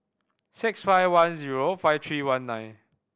six five one zero five three one nine